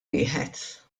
wieħed